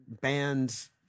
bands